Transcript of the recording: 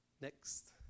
Next